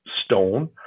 stone